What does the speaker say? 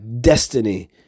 destiny